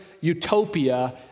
utopia